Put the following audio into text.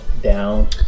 down